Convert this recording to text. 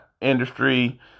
industry